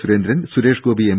Surendran Suresh Gopi M